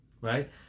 Right